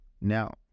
now